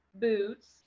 boots